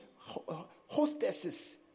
hostesses